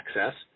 access